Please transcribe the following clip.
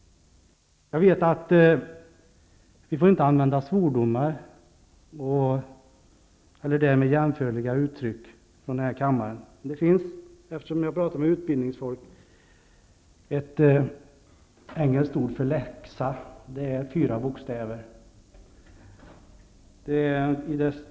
Jag vet att vi inte får använda svordomar eller därmed jämförliga uttryck i denna kammare. Jag pratar med utbildningsfolk, och jag vet att det finns ett engelskt ord på fyra bokstäver för ordet läxa.